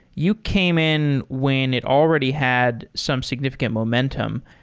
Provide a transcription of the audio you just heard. you came in when it already had some significant momentum.